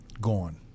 gone